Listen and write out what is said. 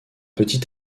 petit